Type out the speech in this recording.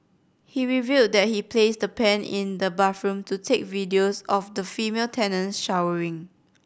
he revealed that he placed the pen in the bathroom to take videos of the female tenants showering